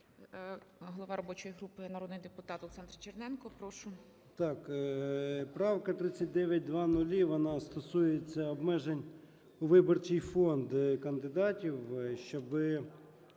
голова робочої групи, народний депутат Олександр Черненко. Прошу. 12:35:31 ЧЕРНЕНКО О.М. Так, правка 3900, вона стосується обмежень у виборчий фонд кандидатів, щоби